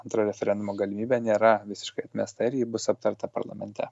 antro referendumo galimybė nėra visiškai atmesta ir ji bus aptarta parlamente